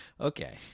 okay